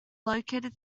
located